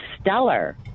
stellar